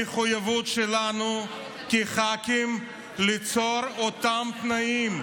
המחויבות שלנו כח"כים היא ליצור את אותם תנאים,